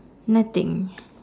nothing